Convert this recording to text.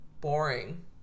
boring